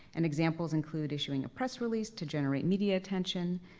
and examples include issuing a press release to generate media attention,